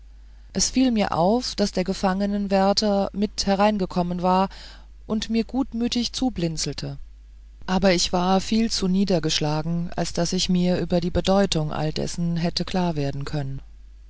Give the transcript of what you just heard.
es fiel mir auf daß der gefangenwärter mit hereingekommen war und mir gutmütig zublinzelte aber ich war viel zu niedergeschlagen als daß ich mir über die bedeutung alles dessen hätte klarwerden können